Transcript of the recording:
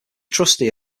trustee